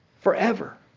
forever